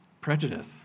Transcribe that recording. prejudice